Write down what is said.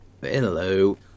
Hello